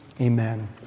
Amen